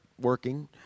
working